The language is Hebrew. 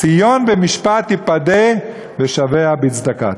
ציון במשפט תִפָּדה ושָבֶיה בצדקה".